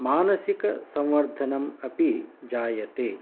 मानसिकसंवर्धनम् अपि जायते